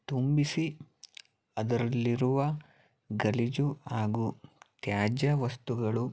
ತುಂಬಿಸಿ ಅದರಲ್ಲಿರುವ ಗಲೀಜು ಹಾಗೂ ತ್ಯಾಜ್ಯ ವಸ್ತುಗಳು